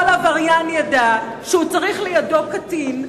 כל עבריין ידע שהוא צריך לידו קטין,